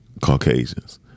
Caucasians